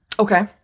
Okay